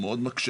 הוא מאוד מקשה.